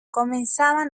comenzaban